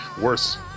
worse